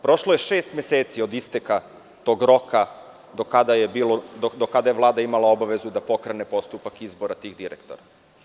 Prošlo je šest meseci od isteka tog roka do kada je Vlada imala obavezu da pokrene postupak izbora tih direktora.